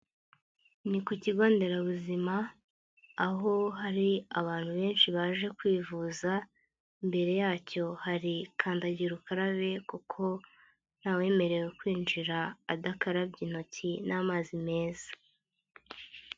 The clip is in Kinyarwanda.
Ni ku kigonderabuzima aho hari abantu benshi baje kwivuza, mbere yacyo hari kandagira ukarabe kuko ntawemerewe kwinjira adakarabye intoki n'amazi meza.